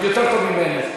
יותר טוב ממני.